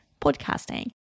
podcasting